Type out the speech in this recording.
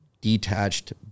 detached